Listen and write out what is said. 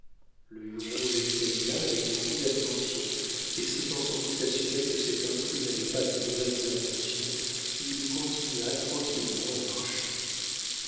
le huron l'examina avec beaucoup d'attention et s'étant sans doute assuré que cet intrus n'avait pas de mauvaises intentions il continua tranquillement à marcher